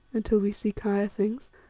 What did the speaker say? until we seek higher things.